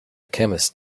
chemist